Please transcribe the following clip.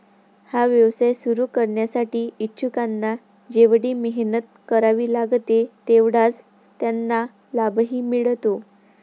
हा व्यवसाय सुरू करण्यासाठी इच्छुकांना जेवढी मेहनत करावी लागते तेवढाच त्यांना लाभही मिळतो